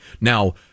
Now